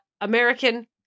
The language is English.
American